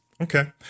Okay